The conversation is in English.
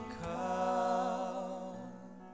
come